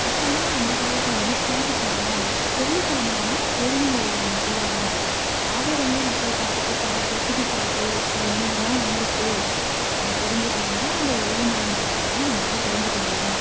அப்போல்லாம் அந்தக் காலத்தில் வந்து பாட்டுச் சேனல்லாம் இல்லை வெள்ளிக்கெழமையானா ஒளியும் ஒலியும் போடுவாங்க அதை வந்து மக்கள் பார்த்துட்டு பாட்டு புதுப் பாட்டு என்னென்னல்லாம் வந்திருக்கு நம்ம தெரிஞ்சுக்கணும்ன்னா அந்த ஒளியும் ஒலியும் பார்த்தா தான் நம்மளால் தெரிஞ்சுக்க முடியும்